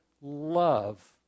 love